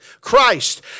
Christ